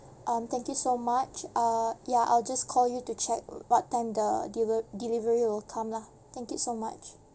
um thank you so much uh ya I'll just call you to check what time the deli~ delivery will come lah thank you so much